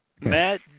Matt